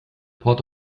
port